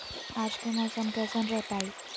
आज के मौसम कैसन रहताई?